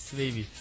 baby